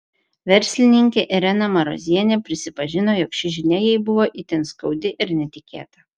verslininkė irena marozienė prisipažino jog ši žinia jai buvo itin skaudi ir netikėta